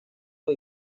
los